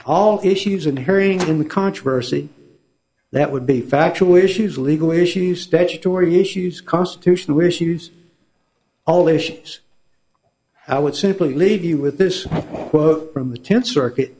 the issues in hearing the controversy that would be factual issues legal issues statutory issues constitutional issues all issues i would simply leave you with this quote from the tenth circuit